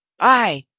ay,